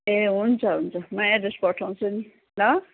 ए हुन्छ हुन्छ म एड्रेस पठाउँछु नि ल